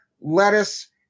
lettuce